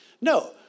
No